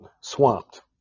swamped